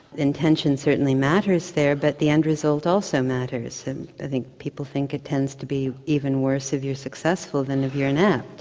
intention certainly matters there but the end result also matters, and i think people think it tends to be even worse if you're successful than if you're inept.